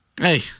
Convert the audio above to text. Hey